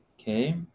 Okay